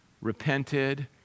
repented